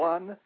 One